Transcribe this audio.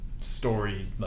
story